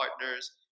partners